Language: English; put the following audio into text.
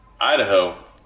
Idaho